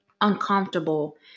uncomfortable